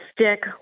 stick